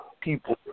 people